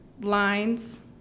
lines